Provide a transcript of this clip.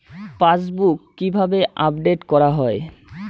Passbook কিভাবে update করা হয়?